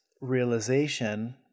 realization